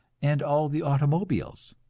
and all the automobiles.